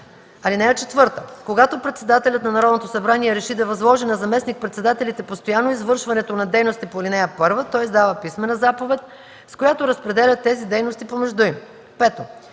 дейности. (4) Когато председателят на Народното събрание реши да възложи на заместник-председателите постоянно извършването на дейности по ал. 1, той издава писмена заповед, с която разпределя тези дейности помежду им. (5)